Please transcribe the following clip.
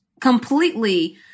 completely